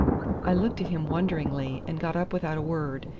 i looked at him wonderingly, and got up without a word,